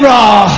Raw